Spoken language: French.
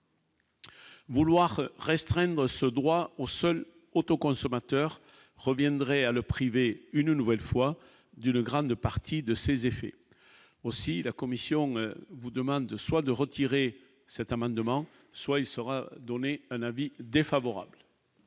Vouloir restreindre ce droit aux seuls auto-consommateurs reviendraient à le priver une nouvelle fois d'une grande partie de ses effets aussi la commission vous demande soit de retirer cet amendement, soit il sera donné un avis défavorable.